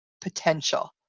potential